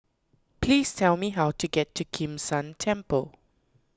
please tell me how to get to Kim San Temple